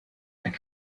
could